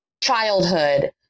childhood